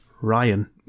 ryan